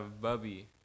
Bubby